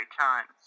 times